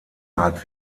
hat